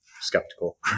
skeptical